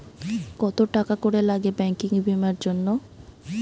কত টাকা করে লাগে ব্যাঙ্কিং বিমার জন্য?